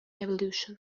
evolution